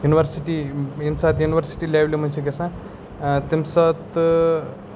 university ییٚمہِ ساتہٕ یوٗنیورسٹۍ لٮ۪ولہِ منٛز چھِ گژھان تمہِ ساتہٕ